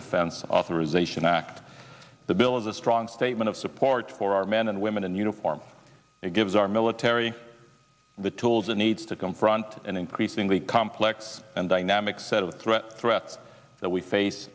defense authorization act the bill is a strong statement of support for our men and women in uniform it gives our military the tools it needs to confront an increasingly complex and dynamic set of threats threats that we face